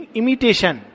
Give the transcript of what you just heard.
imitation